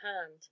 hand